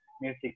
music